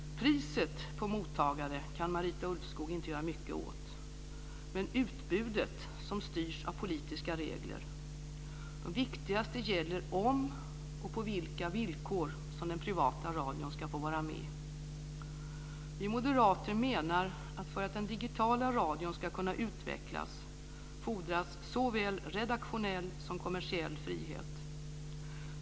Priset på mottagare kan Marita Ulvskog inte göra mycket år, men utbudet styrs av politiska regler. De viktigaste gäller om och på vilka villkor den privata radion ska få vara med. Vi moderater menar att för att den digitala radion ska kunna utvecklas fordras såväl redaktionell som kommersiell frihet.